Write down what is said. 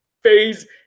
phase